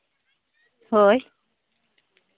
ᱦᱳᱭ